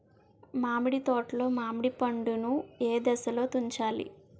మామిడి తోటలో మామిడి పండు నీ ఏదశలో తుంచాలి?